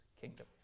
kingdom